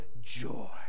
joy